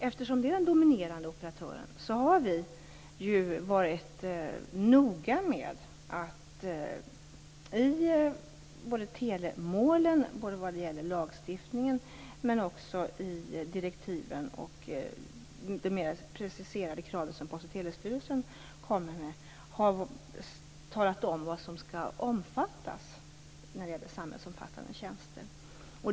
Eftersom man är den dominerande operatören har vi varit noga med att i telemålen och i lagstiftningen, men också i direktiven och inte minst i de preciserade krav som Post och telestyrelsen kommer med, tala om vad som skall omfattas när det gäller samhällsomfattande tjänster.